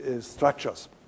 structures